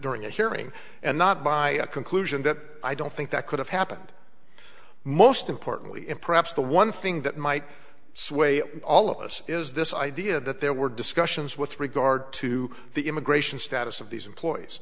during a hearing and not by a conclusion that i don't think that could have happened most importantly him perhaps the one thing that might sway all of us is this idea that there were discussions with regard to the immigration status of these employees